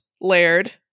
Laird